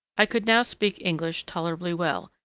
i could now speak english tolerably well,